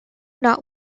not